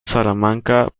salamanca